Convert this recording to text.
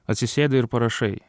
atsisėdi ir parašai